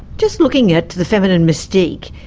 just looking at the feminine mystique,